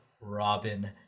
Robin